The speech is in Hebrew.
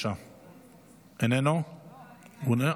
איננה,